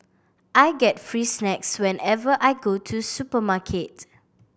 I get free snacks whenever I go to supermarket